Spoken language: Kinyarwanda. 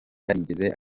yarigeze